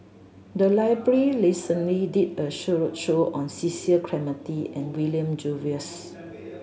the library recently did a show show on Cecil Clementi and William Jervois